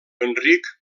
enric